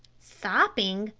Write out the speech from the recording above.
sopping?